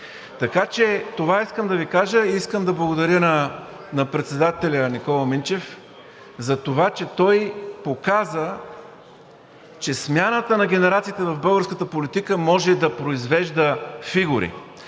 Така че това искам да Ви кажа. Искам да благодаря на председателя Никола Минчев за това, че той показа, че смяната на генерациите в българската политика може да произвежда фигури.